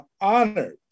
honored